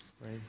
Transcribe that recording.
Right